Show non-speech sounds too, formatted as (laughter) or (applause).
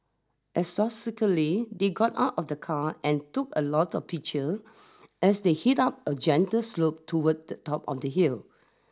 (unintelligible) they got out of the car and took a lot of picture as they hit up a gentle slope toward the top of the hill